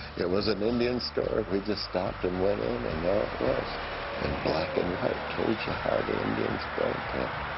it was an indian store. we just stopped and went in, and there it was in and black and white, told you how the indians brain-tanned.